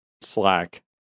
Slack